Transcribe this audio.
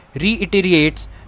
reiterates